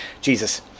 Jesus